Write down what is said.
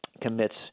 commits